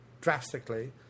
drastically